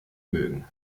mögen